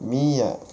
me ah